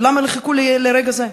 ולמה חיכו לרגע זה?